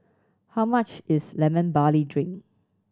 how much is Lemon Barley Drink